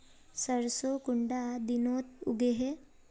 सरसों कुंडा दिनोत उगैहे?